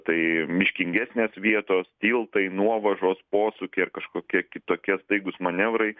tai miškingesnės vietos tiltai nuovažos posūkiai ar kažkokie kitokie staigūs manevrai